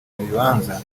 bibanza